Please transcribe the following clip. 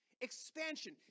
Expansion